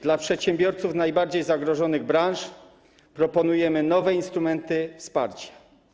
Dla przedsiębiorców najbardziej zagrożonych branż proponujemy nowe instrumenty wsparć.